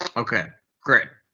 ok great.